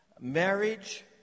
marriage